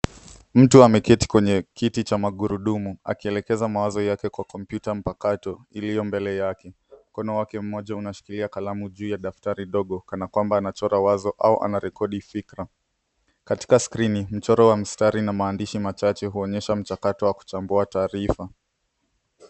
Mtu ameketi kwenye kiti cha magurudumu akielekeza mawazo yake kwa kompyuta mpakato iliyo mbele yake. Mkono wake moja unashikilia kalamu juu ya daftari dogo, kana kwamba anachora wazo au anarekodi fikra. Katika skrini, mchoro wa mstari na maandishi machache huonyesha mchakato wa kuchambua taarifa.